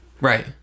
right